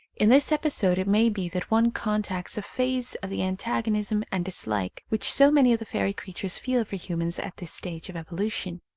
in this epi sode it may be that one contacts a phase of the antagonism and dislike which so many of the fairy creatures feel for humans at this stage of evolution.